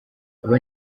abo